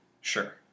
Sure